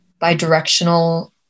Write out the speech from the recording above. bidirectional